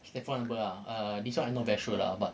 telephone number ah err this one I not very sure lah but